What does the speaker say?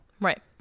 Right